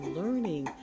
learning